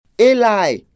Eli